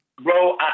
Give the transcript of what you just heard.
Bro